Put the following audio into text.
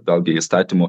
vėl gi įstatymų